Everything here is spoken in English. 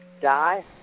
die